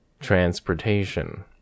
transportation